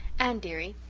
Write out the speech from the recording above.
anne, dearie,